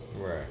right